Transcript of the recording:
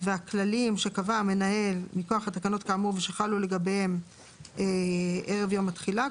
והכללים שקבע המנהל מכוח התקנות כאמור ושחלו לגביהם ערב יום התחילה,